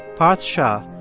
parth shah,